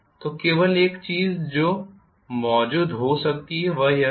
तो केवल एक चीज जो मौजूद हो सकती है वह यह है